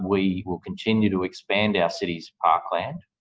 we will continue to expand our city's parkland,